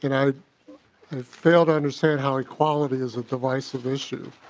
you know and fail to understand how equality is a divisive issue.